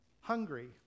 hungry